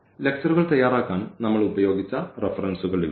ലെക്ച്ചറുകൾ തയ്യാറാക്കാൻ നമ്മൾ ഉപയോഗിച്ച റഫറൻസുകൾ ഇവയാണ്